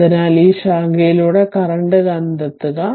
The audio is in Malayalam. അതിനാൽ ഈ ശാഖയിലൂടെ കറന്റു കണ്ടെത്തുക